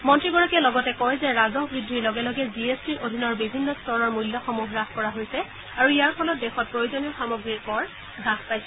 মন্ত্ৰীগৰাকীয়ে লগতে কয় যে ৰাজহ বুদ্ধিৰ লগে লগে জি এছ টিৰ অধীনৰ বিভিন্ন স্তৰৰ মূল্যসমূহ হ্ৰাস কৰা হৈছে আৰু ইয়াৰ ফলত দেশত প্ৰয়োজনীয় সামগ্ৰীৰ কৰ হ্ৰাস পাইছে